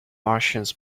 martians